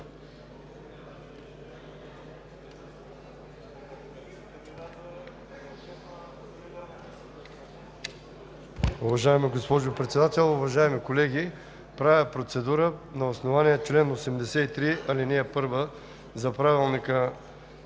Уважаема госпожо Председател, уважаеми колеги! Правя процедура, на основание чл. 83, ал. 1 от Правилника